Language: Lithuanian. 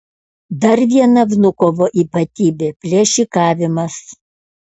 dar viena vnukovo ypatybė plėšikavimas